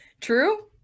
True